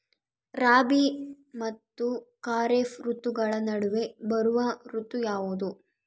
ರಾಬಿ ಮತ್ತು ಖಾರೇಫ್ ಋತುಗಳ ನಡುವೆ ಬರುವ ಋತು ಯಾವುದು?